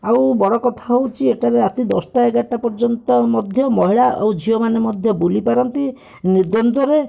ଆଉ ବଡ଼ କଥା ହେଉଛି ଏଠାରେ ରାତି ଦଶଟା ଏଗାରଟା ପର୍ଯ୍ୟନ୍ତ ମଧ୍ୟ ମହିଳା ଆଉ ଝିଅମାନେ ମଧ୍ୟ ବୁଲିପାରନ୍ତି ନିର୍ଦ୍ଵନ୍ଦରେ